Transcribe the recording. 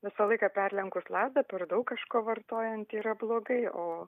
visą laiką perlenkus lazdą per daug kažko vartojant yra blogai o